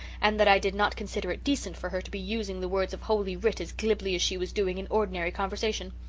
and that i did not consider it decent for her to be using the words of holy writ as glibly as she was doing in ordinary conversation.